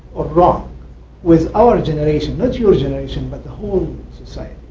or wrong with our generation, not your generation, but the whole society.